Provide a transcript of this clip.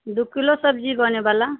दू किलो सब्जी बनै बला